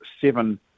seven